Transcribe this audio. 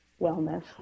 wellness